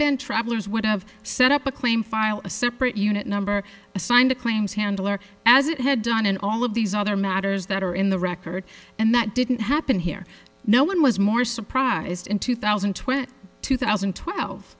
been travelers would have set up a claim file a separate unit number assigned a claims handler as it had done in all of these other matters that are in the record and that didn't happen here no one was more surprised in two thousand and twenty two thousand and twelve